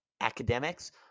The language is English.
academics